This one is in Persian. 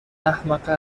احمقه